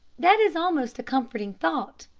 that is almost a comforting thought,